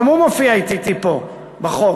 גם הוא מופיע אתי פה בחוק.